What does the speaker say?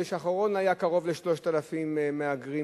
בחודש האחרון הגיעו קרוב ל-3,000 מהגרים.